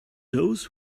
those